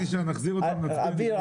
אביר,